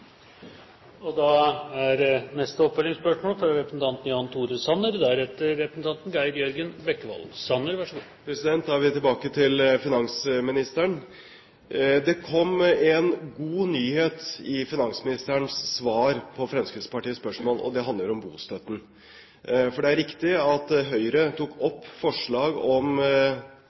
Jan Tore Sanner – til oppfølgingsspørsmål. Da er vi tilbake til finansministeren. Det kom en god nyhet i finansministerens svar på Fremskrittspartiets spørsmål, og det handler om bostøtten. For det er riktig at Høyre tok opp forslag om